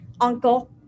uncle